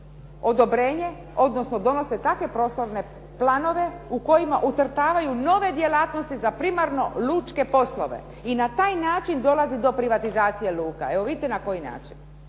odobrenje, odnosno donose takve prostorne planove u kojima ucrtavaju nove djelatnosti za primarno lučke poslove. I na taj način dolazi do privatizacije luka. Evo vidite na koji način.